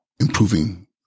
improving